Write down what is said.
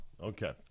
Okay